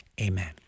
Amen